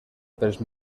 pels